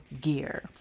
gear